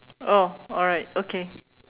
oh alright okay